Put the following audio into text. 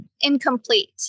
incomplete